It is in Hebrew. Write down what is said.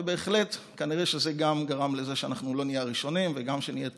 ובהחלט כנראה שזה גרם גם לזה שלא נהיה הראשונים וגם שנהיה טובים,